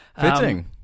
fitting